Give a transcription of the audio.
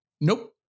Nope